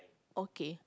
okay